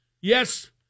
Yes